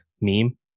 meme